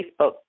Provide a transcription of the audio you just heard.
Facebook